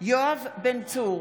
יואב בן צור,